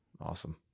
Awesome